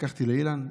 לקחתי לאילן.